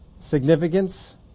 significance